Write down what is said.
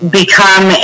become